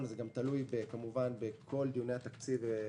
זה תלוי כמובן גם בכל דיוני התקציב.